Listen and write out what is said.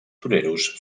toreros